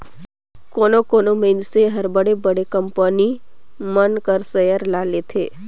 कोनो कोनो मइनसे हर बड़े बड़े कंपनी मन कर सेयर ल लेथे